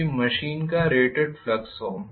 जो भी मशीन का रेटेड फ्लक्स हो